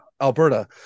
Alberta